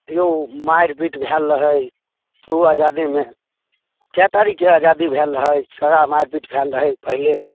यौ मारि पीट भेल रहै खूब आजादीमे कए तारीखके आजादी भेल रहै बड़ा मारि पीट भेल रहै पहिले